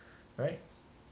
right